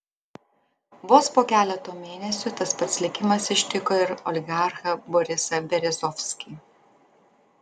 vos po keleto mėnesių tas pats likimas ištiko ir oligarchą borisą berezovskį